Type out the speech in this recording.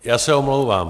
Já se omlouvám.